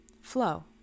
flow